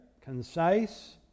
concise